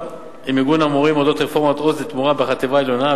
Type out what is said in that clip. עם ארגון המורים על אודות רפורמת "עוז לתמורה" בחטיבה העליונה.